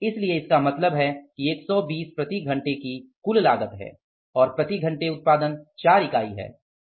इसलिए इसका मतलब है कि 120 प्रति घंटे की कुल लागत है और प्रति घंटे उत्पादन 4 इकाई है